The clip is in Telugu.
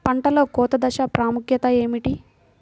పంటలో కోత దశ ప్రాముఖ్యత ఏమిటి?